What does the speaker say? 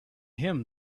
him